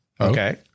Okay